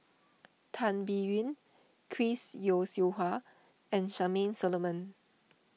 Tan Biyun Chris Yeo Siew Hua and Charmaine Solomon